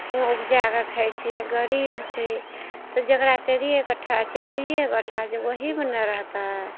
ओ उपजाके खाइ छै गरीब छै तऽ जकरा चारिये कट्ठा छै दुइए कट्ठा छै ओहीमे ने रहतइ